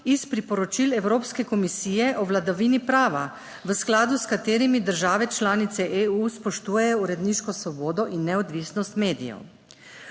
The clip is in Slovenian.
iz priporočil Evropske komisije o vladavini prava, v skladu s katerimi države članice EU spoštujejo uredniško svobodo in neodvisnost medijev.